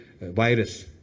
virus